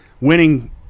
winning